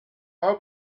how